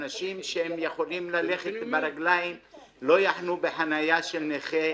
אנשים שיכולים ללכת ברגליהם לא יחנו בחניה של נכה,